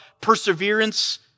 perseverance